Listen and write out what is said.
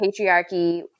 patriarchy